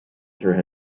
through